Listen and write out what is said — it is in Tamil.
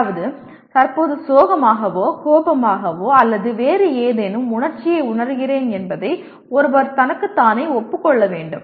அதாவது நான் தற்போது சோகமாகவோ கோபமாகவோ அல்லது வேறு ஏதேனும் உணர்ச்சியை உணர்கிறேன் என்பதை ஒருவர் தனக்குத்தானே ஒப்புக் கொள்ள வேண்டும்